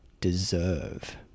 deserve